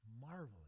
marvelous